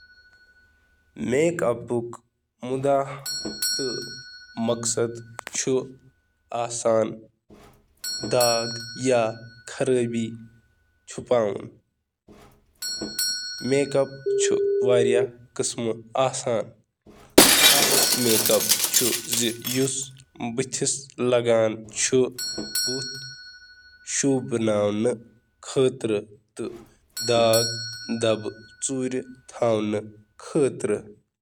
Make اپُک مقصد چھُ بٔتھِس پٮ۪ٹھ داغ ژوٗرِ تھونہٕ خٲطرٕ استعمال یِوان کرنہٕ تہٕ میک اپ چھُ اصل نظر یِنہٕ خٲطرٕ استعمال یِوان کرنہٕ۔